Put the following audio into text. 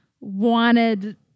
wanted